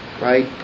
Right